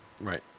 Right